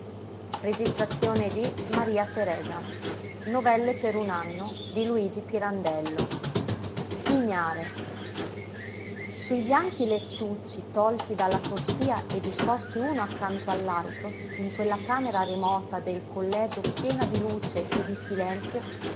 nascesse si scostò dicendo facciano loro la sua volontà sui bianchi lettucci tolti dalla corsia e disposti uno accanto all'altro in quella camera remota del collegio piena di luce e di silenzio